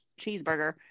cheeseburger